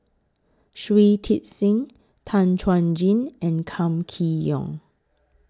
Shui Tit Sing Tan Chuan Jin and Kam Kee Yong